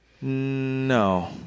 No